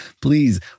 please